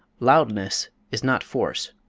loudness is not force,